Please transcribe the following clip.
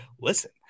listen